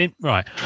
right